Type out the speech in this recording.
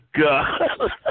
God